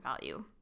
value